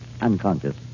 unconscious